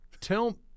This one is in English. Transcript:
Tell